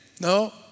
no